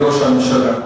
אדוני ראש הממשלה,